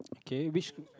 K which